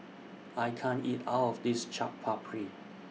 I can't eat All of This Chaat Papri